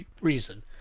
reason